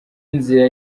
inzira